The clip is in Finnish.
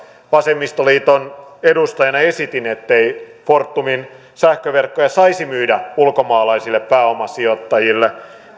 vasemmistoliiton edustajana esitin ettei fortumin sähköverkkoja saisi myydä ulkomaalaisille pääomasijoittajille